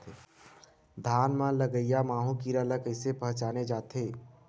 धान म लगईया माहु कीरा ल कइसे पहचाने जाथे?